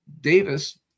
Davis